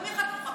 את מי חקרו?